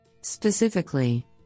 Specifically